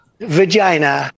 Vagina